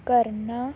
ਕਰਨਾ